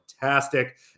Fantastic